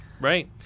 Right